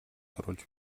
сурвалж